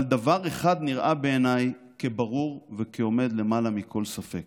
אבל דבר אחד נראה בעיניי כברור וכעומד למעלה מכל ספק: